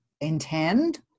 intend